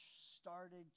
started